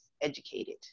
educated